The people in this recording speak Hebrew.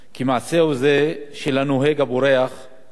פוגע בשורשי הסולידריות החברתית והאישית